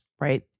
right